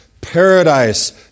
paradise